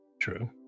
true